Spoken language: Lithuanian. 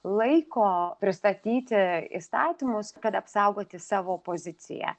laiko pristatyti įstatymus kad apsaugoti savo poziciją